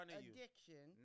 addiction